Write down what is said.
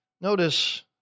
Notice